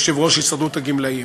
יושב-ראש הסתדרות הגמלאים.